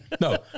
No